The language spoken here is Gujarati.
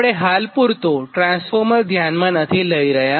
આપણે હાલ પુરતું ટ્રાન્સફોર્મર ધ્યાનમાં નથી લઇ રહ્યા